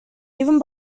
even